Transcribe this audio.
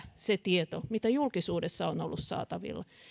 se tieto mitä julkisuudessa on ollut saatavilla